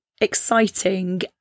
exciting